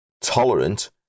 tolerant